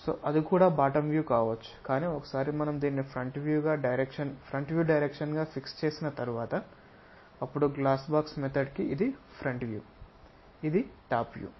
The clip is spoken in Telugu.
సొ అది కూడా బాటమ్ వ్యూ కావచ్చు కానీ ఒకసారి మనం దీనిని ఫ్రంట్ వ్యూ డైరెక్షన్ గా ఫిక్స్ చేసిన తర్వాత అప్పుడు గ్లాస్ బాక్స్ పద్ధతికి ఇది ఫ్రంట్ వ్యూ ఇది టాప్ వ్యూ